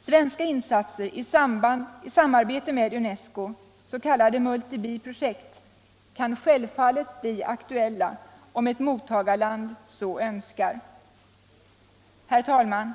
Svenska insatser i samarbete med UNESCO - s.k. multibiprojekt — kan självfallet bli aktuella, om ett mottagarland så önskar. Herr talman!